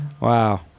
Wow